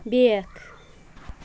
بیٛکھ